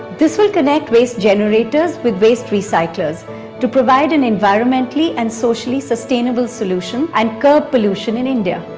this will connect waste generators with waste recyclers to provide an environmentally and socially sustainable solution and curb pollution in india.